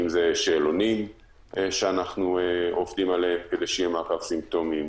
אם זה שאלונים שאנחנו עובדים עליהם כדי שיהיה מעקב סימפטומים,